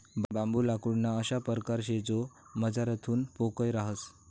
बांबू लाकूडना अशा परकार शे जो मझारथून पोकय रहास